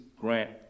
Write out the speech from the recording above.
grant